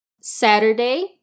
Saturday